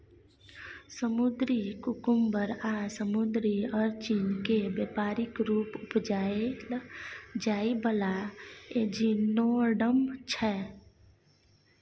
समुद्री कुकुम्बर आ समुद्री अरचिन केँ बेपारिक रुप उपजाएल जाइ बला एचिनोडर्म छै